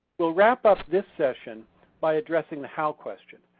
we'll wrap up this session by addressing the how question.